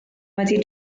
wedi